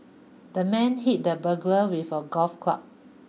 the man hit the burglar with a golf club